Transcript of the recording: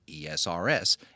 ESRS